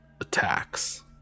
attacks